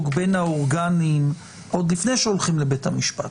בין האורגנים עוד לפני שהולכים לבית-המשפט.